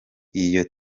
iyo